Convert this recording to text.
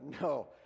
no